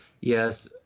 Yes